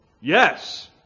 Yes